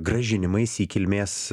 grąžinimais į kilmės